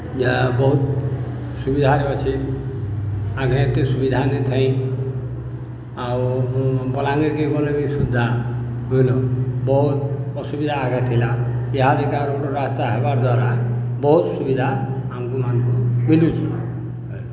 ଯାହା ବହୁତ୍ ସୁବିଧାରେ ଅଛେ ଆଗେ ଏତେ ସୁବିଧା ନାଇଥାଇ ଆଉ ବଲାଙ୍ଗୀର୍କେ ଗଲେ ବି ସୁବିଧା ବୁଝ୍ଲ ବହୁତ୍ ଅସୁବିଧା ଆଗେ ଥିଲା ଏହାଦେକା ରୋଡ଼୍ ରାସ୍ତା ହେବାର୍ ଦ୍ୱାରା ବହୁତ୍ ସୁବିଧା ଆମ୍କୁମାନ୍କୁ ମିଲୁଛେ